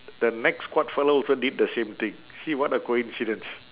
the next squad fellow also did the same thing see what a coincidence